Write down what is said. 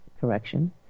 correction